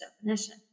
definition